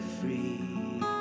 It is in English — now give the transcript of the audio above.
free